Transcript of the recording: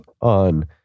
on